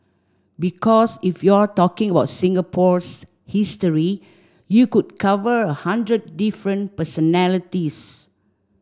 because if you're talking about Singapore's history you could cover a hundred different personalities